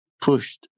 pushed